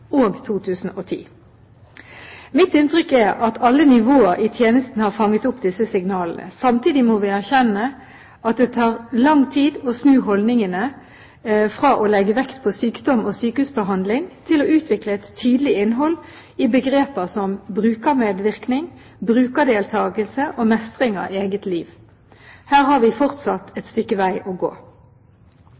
og 2010. Mitt inntrykk er at alle nivåer i tjenesten har fanget opp disse signalene. Samtidig må vi erkjenne at det tar lang tid å snu holdningene fra å legge vekt på sykdom og sykehusbehandling til å utvikle et tydelig innhold i begreper som brukermedvirkning, brukerdeltakelse og mestring av eget liv. Her har vi fortsatt et stykke vei å gå.